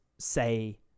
say